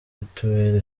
bitubere